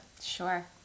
Sure